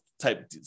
type